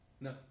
No